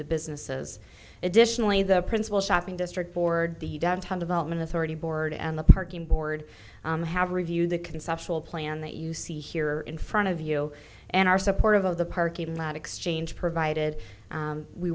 the businesses additionally the principal shopping district board the downtown development authority board and the parking board i have reviewed the conceptual plan that you see here in front of you and are supportive of the parking lot exchange provided